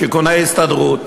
שיכוני הסתדרות,